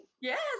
Yes